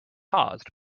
cause